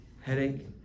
headache